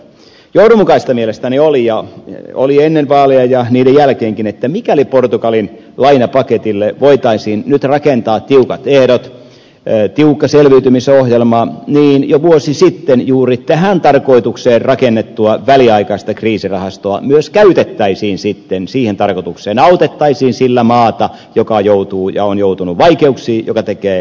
johdonmukaista mielestäni oli ennen vaaleja ja niiden jälkeenkin että mikäli portugalin lainapaketille voitaisiin nyt rakentaa tiukat ehdot tiukka selviytymisohjelma niin jo vuosi sitten juuri tähän tarkoitukseen rakennettua väliaikaista kriisirahastoa myös käytettäisiin sitten siihen tarkoitukseen autettaisiin sillä maata joka joutuu ja on joutunut vaikeuksiin joka tekee vahvan selviytymisohjelman